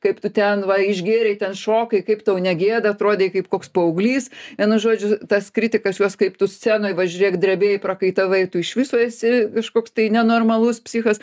kaip tu ten va išgėrei ten šokai kaip tau negėda atrodei kaip koks paauglys vienu žodžiu tas kritikas juos kaip tu scenoj va žiūrėk drebėjai prakaitavai tu iš viso esi kažkoks nenormalus psichas